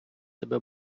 себе